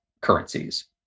currencies